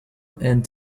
and